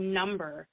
number